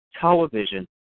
television